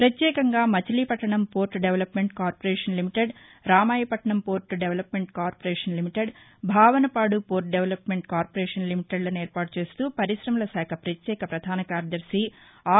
ప్రత్యేకంగా Machilipatnam port development corporation limited Ramayapatnam port development corporation limited Bhavanapadu పోర్ల development corporation లిమిటెడ్లను ఏర్పాటు చేస్తూ పరిశమల శాఖ పక్యేక ప్రధాన కార్యదర్శి ఆర్